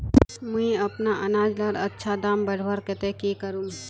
मुई अपना अनाज लार अच्छा दाम बढ़वार केते की करूम?